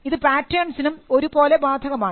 ഇത് പാറ്റേൺസിനും ഒരുപോലെ ബാധകമാണ്